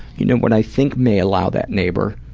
you know, what i think may allow that neighbor